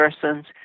persons